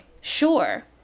Sure